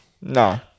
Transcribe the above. No